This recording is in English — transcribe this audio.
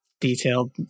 detailed